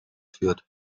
führt